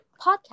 podcast